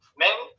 men